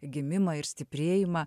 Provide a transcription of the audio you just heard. gimimą ir stiprėjimą